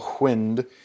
wind